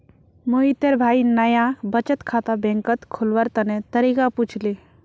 मोहितेर भाई नाया बचत खाता बैंकत खोलवार तने तरीका पुछले